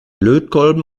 lötkolben